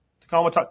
Tacoma